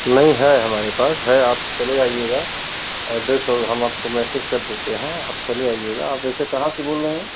नहीं है हमारे पास है आप चले आइएगा एड्रेस और हम आपको मैसेज कर देते हैं आप चले आइएगा आप वैसे कहाँ से बोल रहे हैं